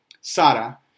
sara